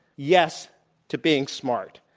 yes to being smart.